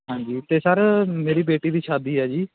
ਹਾਂਜੀ ਅਤੇ ਸਰ ਮੇਰੀ ਬੇਟੀ ਦੀ ਸ਼ਾਦੀ ਹੈ ਜੀ